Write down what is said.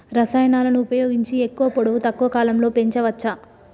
రసాయనాలను ఉపయోగించి ఎక్కువ పొడవు తక్కువ కాలంలో పెంచవచ్చా?